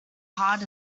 hard